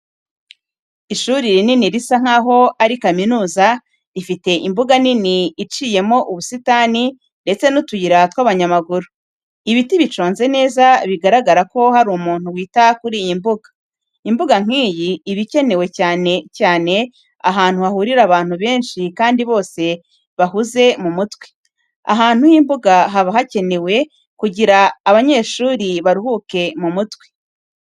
Ishuri rinini risa nkaho ari kaminuza rifite imbuga nini iciyemo ubusitani ndetse n'utuyira tw'abanyamaguru, ibiti biconze neza bigaragara ko hari umuntu wita kuri iyi mbuga, imbuga nk'iyi iba ikenewe cyane cyane ahantu hahurira abantu benshi kandi bose bahuze mu mutwe, ahantu h'imbuga haba hakenewe kugira abanyeshuri baruhuke mu mutwe.